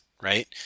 right